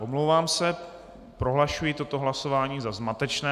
Omlouvám se, prohlašuji toto hlasování za zmatečné.